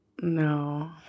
No